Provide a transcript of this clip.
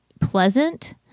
pleasant